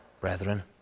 brethren